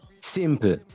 simple